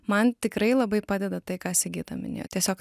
man tikrai labai padeda tai ką sigita minėjo tiesiog